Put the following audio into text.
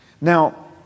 Now